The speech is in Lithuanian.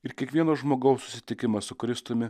ir kiekvieno žmogaus susitikimą su kristumi